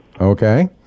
Okay